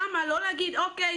למה לא להגיד: אוקיי,